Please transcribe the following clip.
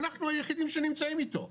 אנחנו היחידים שנמצאים איתו,